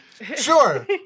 Sure